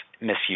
misuse